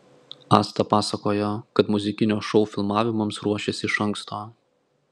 asta pasakojo kad muzikinio šou filmavimams ruošėsi iš anksto